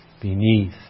beneath